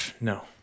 No